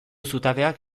zutabeak